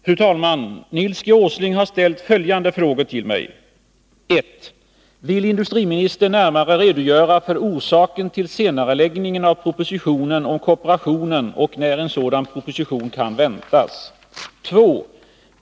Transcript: Fru talman! Nils G. Åsling har ställt följande frågor till mig: 1. Vill industriministern närmare redogöra för orsaken till senareläggningen av propositionen om kooperationen och när en sådan proposition kan väntas? 2.